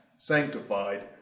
sanctified